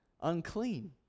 unclean